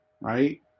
Right